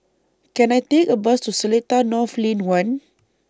Can I Take A Bus to Seletar North Lane one